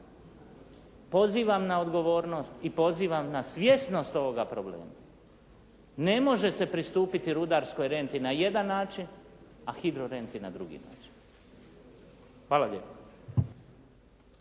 pozivam na odgovornost i pozivam na svjesnost ovoga problema. Ne može se pristupiti rudarskoj renti na jedan način a hidro renti na drugi način. Hvala lijepa.